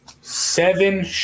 seven